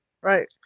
right